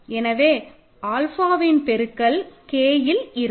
எனவே ஆல்ஃபாவின் பெருக்கல் Kல் இருக்கும்